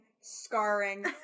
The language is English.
scarring